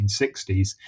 1960s